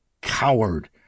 coward